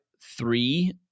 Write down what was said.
three